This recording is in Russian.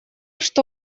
что